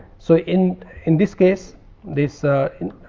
so, in in this case this ah